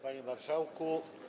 Panie Marszałku!